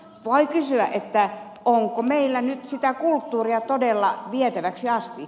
voi kysyä onko meillä nyt sitä kulttuuria todella vietäväksi asti